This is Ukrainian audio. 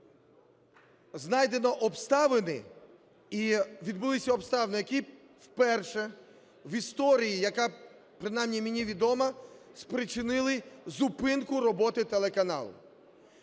відбулися обставини, які вперше в історії, яка принаймні мені відома, спричинили зупинку роботи телеканалу.